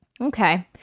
Okay